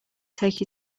take